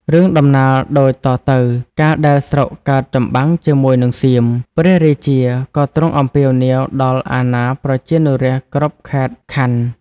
រឿងដំណាលដូចតទៅ កាលដែលស្រុកកើតចម្បាំងជាមួយនឹងសៀម ព្រះរាជាក៏ទ្រង់អំពាវនាវដល់អាណាប្រជានុរាស្ត្រគ្រប់ខេត្តខណ្ឌ។